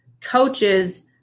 coaches